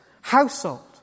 household